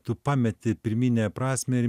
tu pameti pirminę prasmę ir